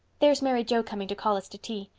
there's mary joe coming to call us to tea.